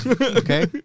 Okay